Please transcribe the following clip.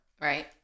Right